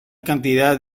cantidad